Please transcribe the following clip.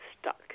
stuck